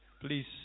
Please